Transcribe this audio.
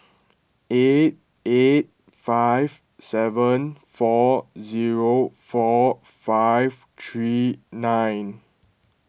eight eight five seven four zero four five three nine